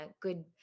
good